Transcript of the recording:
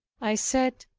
i said,